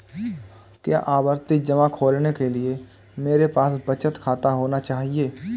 क्या आवर्ती जमा खोलने के लिए मेरे पास बचत खाता होना चाहिए?